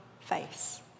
face